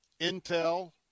Intel